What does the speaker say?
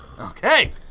okay